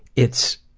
it's,